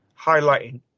highlighting